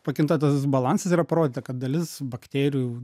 pakinta tas balansas yra parodyta kad dalis bakterijų